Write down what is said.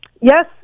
Yes